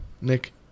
Nick